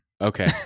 Okay